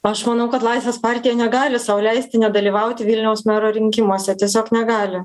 aš manau kad laisvės partija negali sau leisti nedalyvauti vilniaus mero rinkimuose tiesiog negali